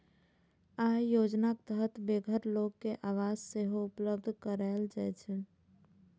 अय योजनाक तहत बेघर लोक कें आवास सेहो उपलब्ध कराएल जाइ छै